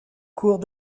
cours